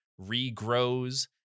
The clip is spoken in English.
regrows